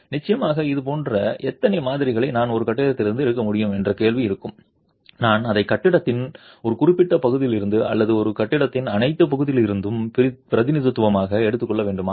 நிச்சயமாக இதுபோன்ற எத்தனை மாதிரிகளை நான் ஒரு கட்டிடத்திலிருந்து எடுக்க முடியும் என்ற கேள்வி இருக்கும் நான் அதை கட்டிடத்தின் ஒரு குறிப்பிட்ட பகுதியிலிருந்து அல்லது ஒரு கட்டிடத்தின் அனைத்து பகுதிகளிலிருந்தும் பிரதிநிதித்துவமாக எடுத்துக் கொள்ள வேண்டுமா